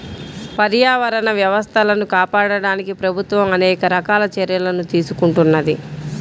పర్యావరణ వ్యవస్థలను కాపాడడానికి ప్రభుత్వం అనేక రకాల చర్యలను తీసుకుంటున్నది